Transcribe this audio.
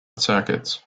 circuits